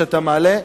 שאתה מעלה.